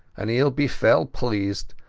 and heall be fell pleased.